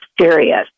serious